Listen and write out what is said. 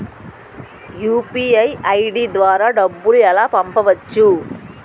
UPI ID ద్వారా డబ్బులు ఎలా పంపవచ్చు?